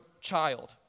child